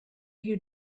you